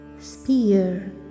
spear